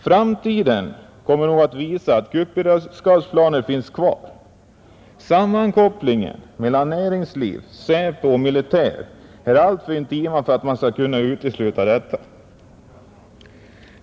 Framtiden kommer nog att visa att kuppberedskapsplanen finns kvar. Sammankopplingen mellan näringsliv, SÄPO och militär är alltför intim för att man skall kunna utesluta detta.